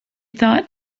thought